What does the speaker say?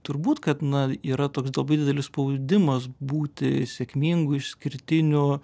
turbūt kad na yra toks labai didelis spaudimas būti sėkmingu išskirtiniu